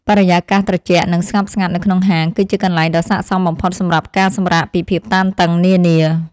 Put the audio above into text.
បរិយាកាសត្រជាក់ និងស្ងប់ស្ងាត់នៅក្នុងហាង គឺជាកន្លែងដ៏ស័ក្តិសមបំផុតសម្រាប់ការសម្រាកពីភាពតានតឹងនានា។